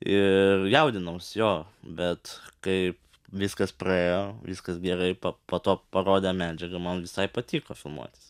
ir jaudinausi jo bet kai viskas praėjo viskas gerai po to parodė medžiagą man visai patiko filmuotis